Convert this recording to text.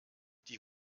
die